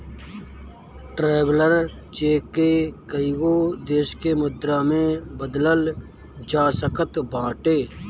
traveller cheque के कईगो देस के मुद्रा में बदलल जा सकत बाटे